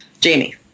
jamie